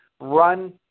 run